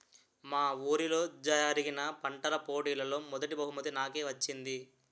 మా వూరిలో జరిగిన పంటల పోటీలలో మొదటీ బహుమతి నాకే వచ్చింది